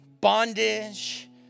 bondage